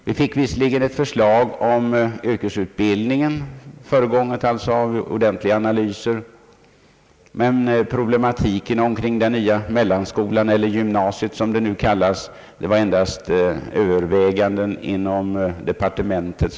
Vi fick visserligen ett förslag om yrkesutbildningen — föregånget av ordentliga analyser — men till grund för förslaget om den nya mellanskolan, eller gymnasiet som skolformen nu kallas, låg endast överväganden inom departementet.